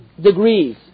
degrees